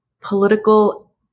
political